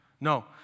No